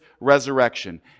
resurrection